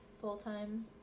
full-time